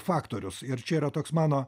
faktorius ir čia yra toks mano